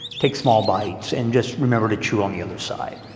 take small bytes and just remember to chew on the other side.